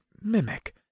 mimic